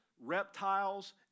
reptiles